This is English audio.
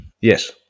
Yes